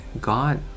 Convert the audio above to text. God